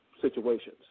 situations